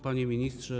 Panie Ministrze!